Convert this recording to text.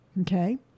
Okay